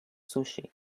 sushi